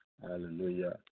Hallelujah